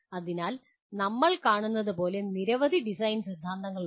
അതിനാൽ നമ്മൾ കാണുന്നതുപോലെ നിരവധി ഡിസൈൻ സിദ്ധാന്തങ്ങളുണ്ട്